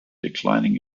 declining